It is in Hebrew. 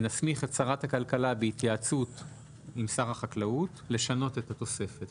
ונסמיך את שרת הכלכלה בהתייעצות עם שר החקלאות לשנות את התוספת.